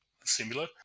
similar